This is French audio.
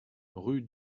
rue